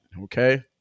Okay